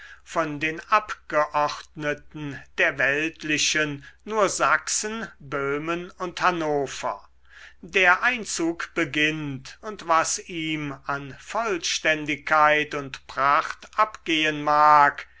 von den abgeordneten der weltlichen nur sachsen böhmen und hannover der einzug beginnt und was ihm an vollständigkeit und pracht abgehen mag